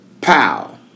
pow